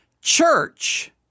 Church